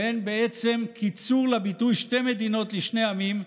שהן קיצור לביטוי "שתי מדינות לשני עמים",